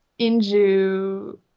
Inju